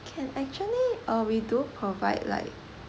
can actually uh we do provide like